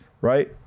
right